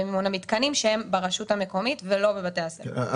במימון המתקנים שהם ברשות המקומית ולא בבתי הספר.